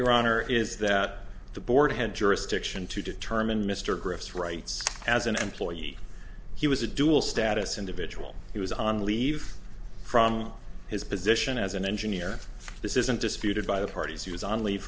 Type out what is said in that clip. honor is that the board had jurisdiction to determine mr griff's rights as an employee he was a dual status individual he was on leave from his position as an engineer this isn't disputed by the parties he was on leave